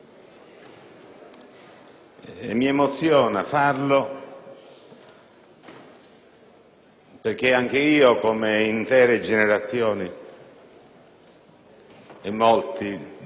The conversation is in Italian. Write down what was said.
Mi emoziona farlo perché anch'io, come intere generazioni - e molti